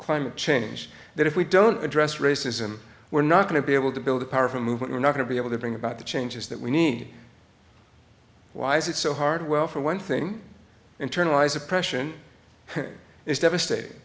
climate change that if we don't address racism we're not going to be able to build a powerful movement we're not going to be able to bring about the changes that we need why is it so hard well for one thing internalize oppression is devastating